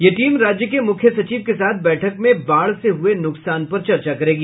यह टीम राज्य मुख्य सचिव के साथ बैठक में बाढ़ से हुये नुकसान पर चर्चा करेगी